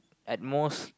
at most